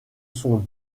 sont